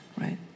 right